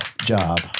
job